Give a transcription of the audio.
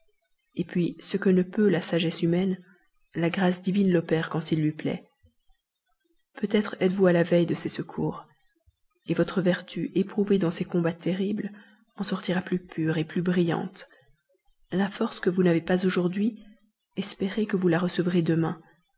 et puis ce que ne peut la sagesse humaine la grâce divine l'opère quand il lui plaît peut-être êtes-vous à la veille de ses secours votre vertu éprouvée dans ces combats pénibles en sortira plus pure plus brillante la force que vous n'avez pas aujourd'hui espérez que vous la recevrez demain